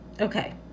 Okay